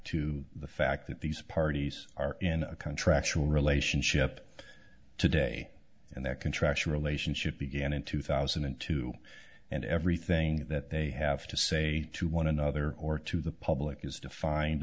to the fact that these parties are in a country actual relationship today and their contractual relationship began in two thousand and two and everything that they have to say to one another or to the public is defined